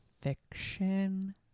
fiction